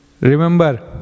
Remember